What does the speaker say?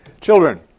Children